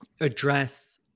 address